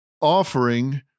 offering